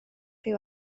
chi